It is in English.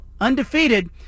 undefeated